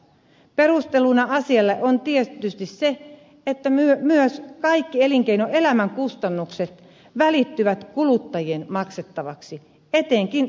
perusteluna asialle on tietysti se että myös kaikki elinkeinoelämän kustannukset välittyvät kuluttajien maksettavaksi etenkin sähköyhtiöiden osalta